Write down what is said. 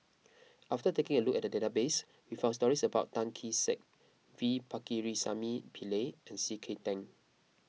after taking a look at the database we found stories about Tan Kee Sek V Pakirisamy Pillai and C K Tang